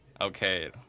Okay